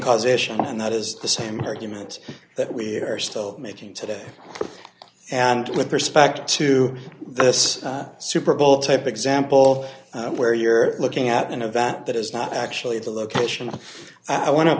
causation and that is the same argument that we are still making today and with respect to this super bowl type example where you're looking at an event that is not actually the location i want to